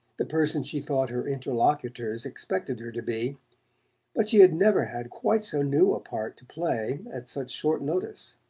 the person she thought her interlocutors expected her to be but she had never had quite so new a part to play at such short notice.